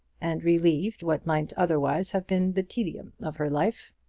and relieved what might otherwise have been the tedium of her life.